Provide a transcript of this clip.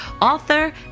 author